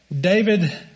David